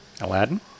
Aladdin